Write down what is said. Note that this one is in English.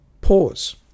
pause